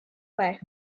way